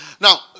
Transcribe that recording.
Now